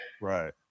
Right